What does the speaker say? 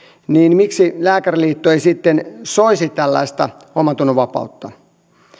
niin miksi lääkäriliitto ei sitten soisi tällaista omantunnonvapautta